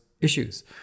issues